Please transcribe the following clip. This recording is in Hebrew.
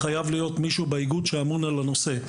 חייב להיות מישהו באיגוד שאמון על הנושא.